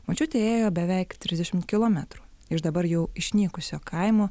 močiutė ėjo beveik tridešimt kilometrų iš dabar jau išnykusio kaimo